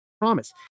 promise